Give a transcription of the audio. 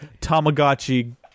Tamagotchi